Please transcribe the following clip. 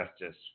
Justice